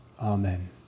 Amen